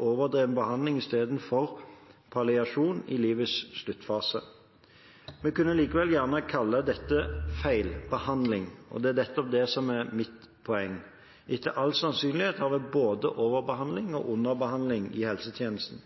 overdreven behandling i stedet for palliasjon i livets sluttfase. Vi kunne likevel kalle dette feilbehandling. Det er nettopp det som er mitt poeng. Etter all sannsynlighet har vi både overbehandling og underbehandling i helsetjenesten.